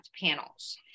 panels